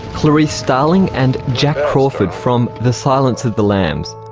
clarice starling and jack crawford from the silence of the lambs.